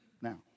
Now